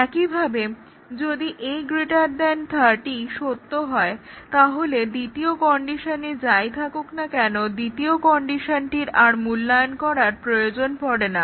একইভাবে যদি a 30 সত্য হয় তাহলে দ্বিতীয় কন্ডিশনে যা ই থাকুক না কেন দ্বিতীয় কন্ডিশনটির আর মূল্যায়ন করা হয়না